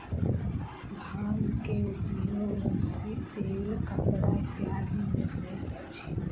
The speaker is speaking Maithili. भांग के उपयोग रस्सी तेल कपड़ा इत्यादि में होइत अछि